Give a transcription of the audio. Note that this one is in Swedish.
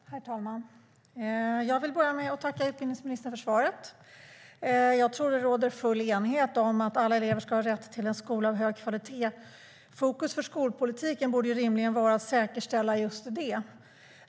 Herr talman! Jag vill börja med att tacka utbildningsministern för svaret. Jag tror att det råder full enighet om att alla elever ska ha rätt till en skola av hög kvalitet. Fokus för skolpolitiken borde rimligen vara att säkerställa just det.